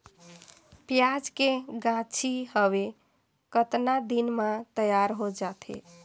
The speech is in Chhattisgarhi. पियाज के गाछी हवे कतना दिन म तैयार हों जा थे?